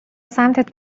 سمتت